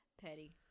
petty